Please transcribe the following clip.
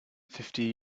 fifty